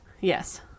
Yes